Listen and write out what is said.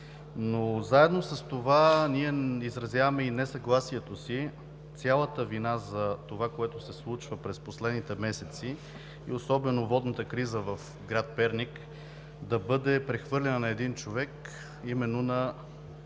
но заедно с това ние изразяваме и несъгласието си цялата вина за това, което се случва през последните месеци и особено водната криза в град Перник, да бъде прехвърлена на един човек, а именно,